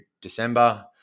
December